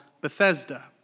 Bethesda